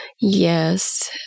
Yes